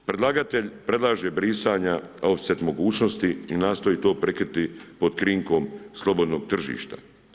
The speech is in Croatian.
Predlagatelj predlaže brisanja offset mogućnosti i nastoji to prikriti pod krinkom slobodnog tržišta.